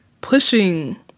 pushing